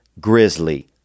grizzly